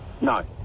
No